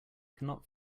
cannot